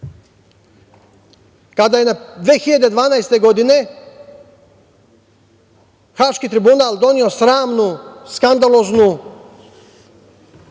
kada je 2012. godine Haški tribunal doneo sramnu, skandaloznu